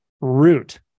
root